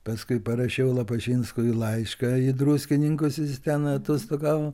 paskui parašiau lapašinskui laišką į druskininkus jis ten atostogavo